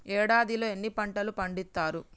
ఏడాదిలో ఎన్ని పంటలు పండిత్తరు?